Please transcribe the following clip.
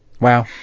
Wow